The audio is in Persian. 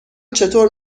چطور